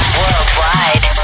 worldwide